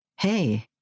Hey